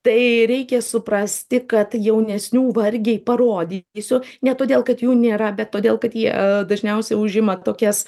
tai reikia suprasti kad jaunesnių vargiai parodysiu ne todėl kad jų nėra bet todėl kad jie dažniausiai užima tokias